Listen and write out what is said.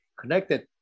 connected